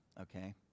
Okay